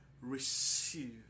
Receive